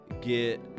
get